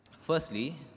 Firstly